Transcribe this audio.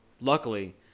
Luckily